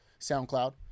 SoundCloud